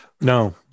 No